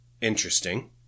interesting